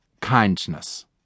kindness